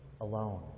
alone